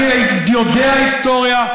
אני יודע היסטוריה,